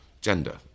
gender